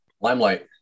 Limelight